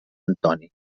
antoni